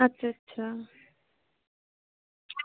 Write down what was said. আচ্ছা আচ্ছা